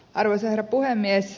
arvoisa herra puhemies